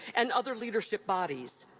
and other leadership bodies.